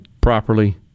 properly